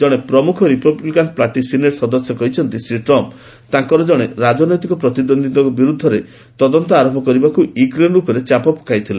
ଜଣେ ପ୍ରମୁଖ republican party senate ସଦସ୍ୟ କହିଛନ୍ତି ଶ୍ରୀ ଟ୍ରମ୍ପ ତାଙ୍କର ଜଣେ ରାଜନୈତିକ ପ୍ରତିଦ୍ୱନ୍ଦୀଙ୍କ ବିରୁଦ୍ଧରେ ତଦନ୍ତ ଆରମ୍ଭ କରିବାକୁ ୟୁକ୍ରେନ୍ ଉପରେ ଚାପ ପକାଇଥିଲେ